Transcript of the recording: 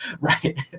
Right